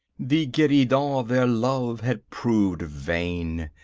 the guerdon of their love had proved vain.